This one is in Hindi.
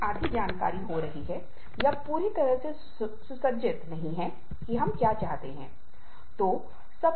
आईटी और आईटी सक्षम उद्योगों में आपको आईबीएम टाटा कंसल्टेंसी एक्सेंचर मे सुविधाएं मिलेंगी उनके पास प्रतिभाओं को आकर्षित करने और बनाए रखने के लिए लचीली कार्य नीतियां हैं